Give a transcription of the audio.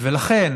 ולכן